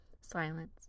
Silence